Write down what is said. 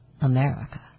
America